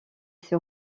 ces